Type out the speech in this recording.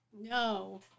No